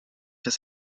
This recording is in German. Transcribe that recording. das